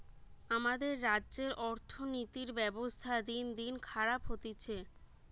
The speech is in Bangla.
আমাদের রাজ্যের অর্থনীতির ব্যবস্থা দিনদিন খারাপ হতিছে